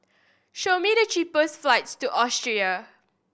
show me the cheapest flights to Austria